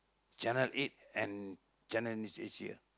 channel-eight and Channel-News-Asia